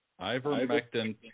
ivermectin